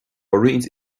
roinnt